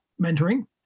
mentoring